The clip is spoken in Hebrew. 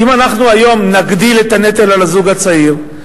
אז אם אנחנו היום נגדיל את הנטל על הזוג הצעיר,